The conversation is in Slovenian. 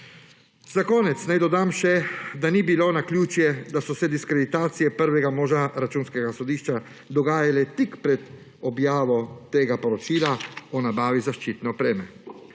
Za konec naj dodam še, da ni bilo naključje, da so se diskreditacije prvega moža Računskega sodišča dogajale tik pred objavo tega poročila o nabavi zaščitne opreme.